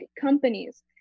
companies